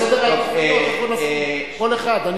בסדר העדיפויות איפה נשים כל אחד.